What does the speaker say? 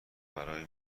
برای